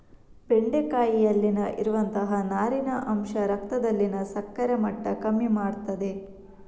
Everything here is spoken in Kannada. ಬೆಂಡೆಕಾಯಿಯಲ್ಲಿ ಇರುವಂತಹ ನಾರಿನ ಅಂಶ ರಕ್ತದಲ್ಲಿನ ಸಕ್ಕರೆ ಮಟ್ಟ ಕಮ್ಮಿ ಮಾಡ್ತದೆ